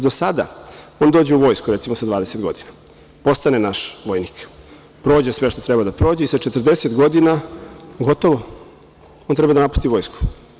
Do sada, on dođe u vojsku, recimo, sa 20 godina, postane naš vojnik, prođe sve što treba da prođe i sa 40 godina gotovo, on treba da napusti vojsku.